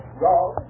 wrong